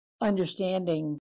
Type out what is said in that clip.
understanding